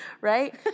right